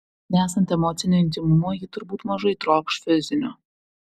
nesant emocinio intymumo ji turbūt mažai trokš fizinio